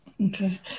okay